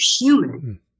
human